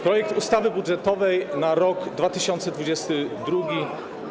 Projekt ustawy budżetowej na rok 2022.